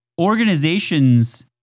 organizations